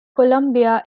columbia